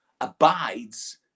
abides